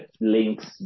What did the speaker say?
links